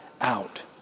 out